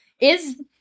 Is-